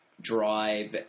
Drive